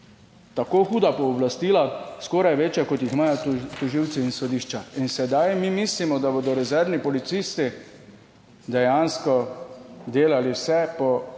tako huda pooblastila, skoraj večja kot jih imajo tožilci in sodišča in sedaj mi mislimo, da bodo rezervni policisti dejansko delali vse po,